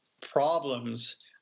problems